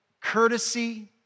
courtesy